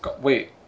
Wait